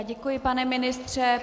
Děkuji, pane ministře.